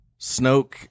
Snoke